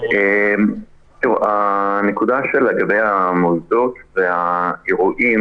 הנקודה לגבי המוסדות והאירועים